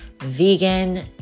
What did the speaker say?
vegan